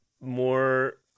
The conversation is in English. more